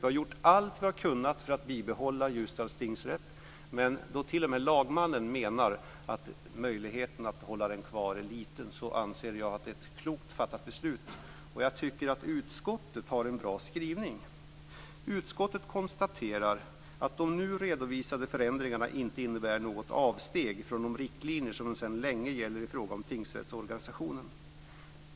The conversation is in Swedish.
Vi har gjort allt vi har kunnat för att behålla Ljusdals tingsrätt, men då t.o.m. lagmannen menar att möjligheten att ha den kvar är liten anser jag att det här är ett klokt beslut. Jag tycker att utskottet har en bra skrivning. "Utskottet konstaterar att de nu redovisade förändringarna inte innebär något avsteg från de riktlinjer som sedan länge gäller i fråga om tingsrättsorganisationen."